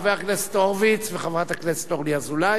חבר הכנסת הורוביץ וחברת הכנסת אורלי לוי